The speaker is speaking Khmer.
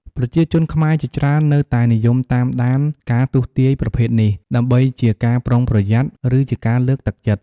ប្រជាជនខ្មែរជាច្រើននៅតែនិយមតាមដានការទស្សន៍ទាយប្រភេទនេះ ដើម្បីជាការប្រុងប្រយ័ត្ន ឬជាការលើកទឹកចិត្ត។